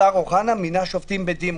השר אוחנה מינה שופטים בדימוס.